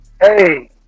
Hey